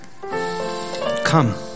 come